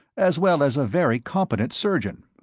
as well as a very competent surgeon.